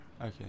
okay